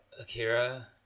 Akira